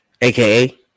AKA